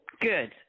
Good